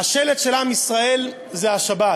השלט של עם ישראל זה השבת.